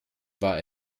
war